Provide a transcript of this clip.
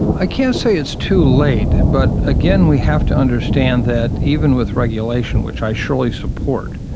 i can't say it's too late but, again, we have to understand that even with regulation, which i surely support,